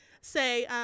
say